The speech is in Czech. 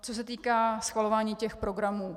Co se týká schvalování těch programů.